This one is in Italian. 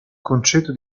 concetto